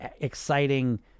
exciting